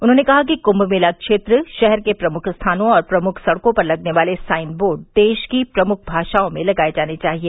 उन्होंने कहा कि कृम्म मेला क्षेत्र शहर के प्रमुख स्थानों और प्रमुख सड़कों पर लगने वाले साइन बोर्ड देश की प्रमुख भाषाओं में लगाये जाने चाहिए